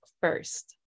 first